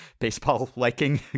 baseball-liking